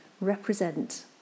represent